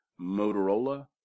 Motorola